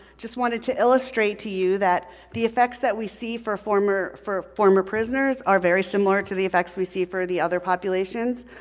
just wanted to illustrate to you that the effects that we see for former for former prisoners are very similar to the effects we see for the other populations.